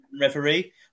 referee